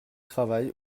travail